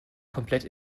komplett